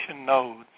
nodes